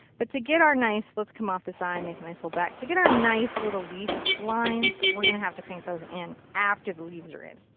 but to get our nice. let's com off this eye and make a nice little back. to get our nice little leaf lines we're going to have to paint those in after the leaves are in.